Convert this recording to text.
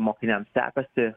mokiniams sekasi